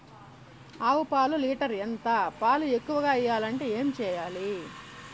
ఆవు పాలు లీటర్ ఎంత? పాలు ఎక్కువగా ఇయ్యాలంటే ఏం చేయాలి?